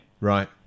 right